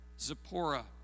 Zipporah